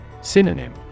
Synonym